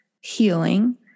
healing